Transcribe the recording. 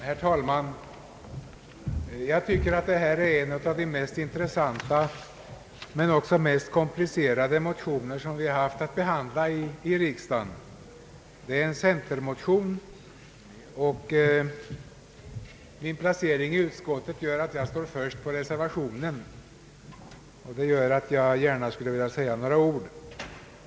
Herr talman! Detta är en av de mest intressanta men också mest komplicerade motioner som vi haft att behandla i riksdagen. Det är en centermotion, och min placering i utskottet medför att jag står först på reservationen. Det gör att jag gärna vill säga några ord.